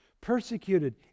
persecuted